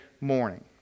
morning